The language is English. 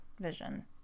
vision